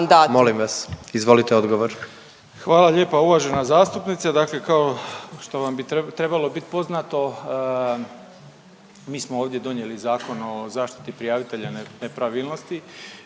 **Malenica, Ivan (HDZ)** Hvala lijepa uvažena zastupnice. Dakle kao što vam bi trebalo bit poznato, mi smo ovdje donijeli Zakon o zaštiti prijavitelja nepravilnosti